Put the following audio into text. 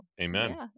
Amen